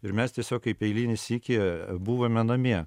ir mes tiesiog kaip eilinį sykį buvome namie